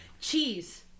Cheese